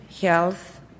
health